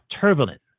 turbulent